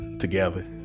together